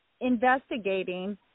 investigating